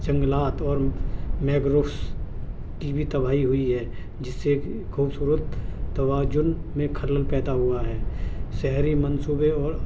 جنگلات اور مینگرووز کی بھی تباہی ہوئی ہے جس سے خوبصورت توازن میں خلل پیدا ہوا ہے شہری منصوبے اور